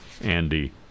Andy